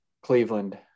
Cleveland